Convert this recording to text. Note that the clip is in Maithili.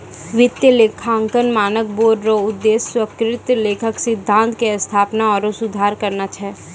वित्तीय लेखांकन मानक बोर्ड रो उद्देश्य स्वीकृत लेखा सिद्धान्त के स्थापना आरु सुधार करना छै